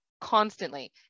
constantly